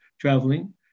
traveling